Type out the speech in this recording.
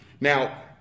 Now